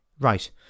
Right